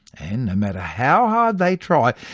and no matter how hard they try,